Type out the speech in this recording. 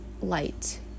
light